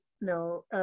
no